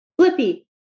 Blippi